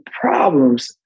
problems